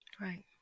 Right